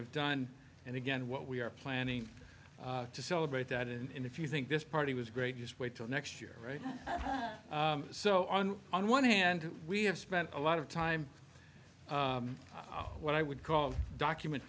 have done and again what we are planning to celebrate that and if you think this party was great just wait till next year right so on one hand we have spent a lot of time what i would call document